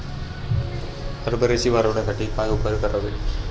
हरभऱ्याची वाढ होण्यासाठी काय उपाय करावे?